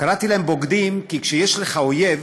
קראתי להם בוגדים, כי כשיש לך אויב